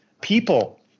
people